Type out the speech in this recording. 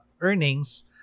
earnings